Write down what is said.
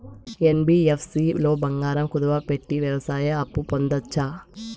NBFC లో బంగారం కుదువు పెట్టి వ్యవసాయ అప్పు పొందొచ్చా?